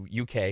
UK